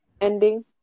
ending